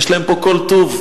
יש להם פה כל טוב: